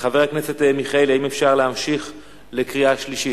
חבר הכנסת מיכאלי, האם אפשר להמשיך לקריאה שלישית?